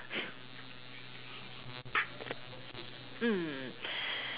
mm